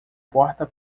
porta